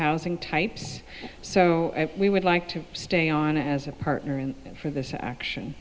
housing types so we would like to stay on as a partner and for this action